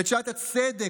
את שאלת הצדק,